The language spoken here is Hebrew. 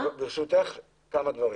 ברשותך, כמה דברים.